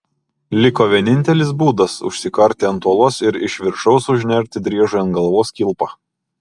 liko vienintelis būdas užsikarti ant uolos ir iš viršaus užnerti driežui ant galvos kilpą